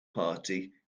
party